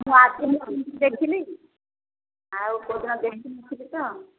ମୁଁ ଆସୁଥିଲି ଯେ ଦେଖିଲି ଆଉ କେଉଁଦିନ ଦେଖିନଥିଲି ତ